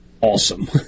Awesome